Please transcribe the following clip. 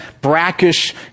brackish